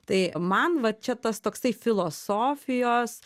tai man va čia tas toksai filosofijos